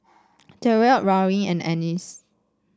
Tyriq Lauryn and Annice